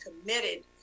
committed